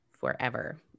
forever